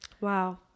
wow